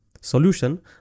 solution